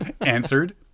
answered